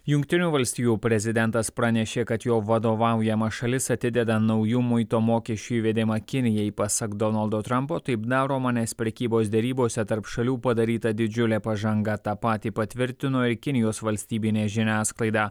jungtinių valstijų prezidentas pranešė kad jo vadovaujama šalis atideda naujų muito mokesčių įvedimą kinijai pasak donaldo trampo taip daroma nes prekybos derybose tarp šalių padaryta didžiulė pažanga tą patį patvirtino kinijos valstybinė žiniasklaida